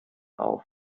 auf